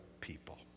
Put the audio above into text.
people